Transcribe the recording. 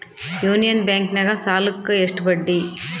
Union ಬ್ಯಾಂಕಿನಾಗ ಸಾಲುಕ್ಕ ಎಷ್ಟು ಬಡ್ಡಿ?